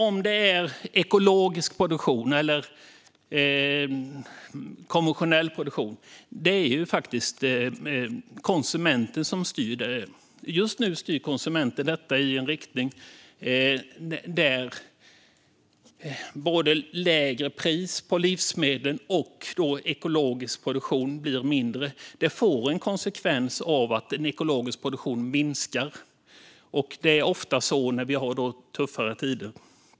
Om det sedan är ekologisk eller konventionell produktion är det faktiskt konsumenten som styr. Just nu styr konsumenter detta i en riktning mot lägre pris på livsmedel och mindre ekologiskt. Det får konsekvensen att den ekologiska produktionen minskar, och så är det ofta i tuffare tider.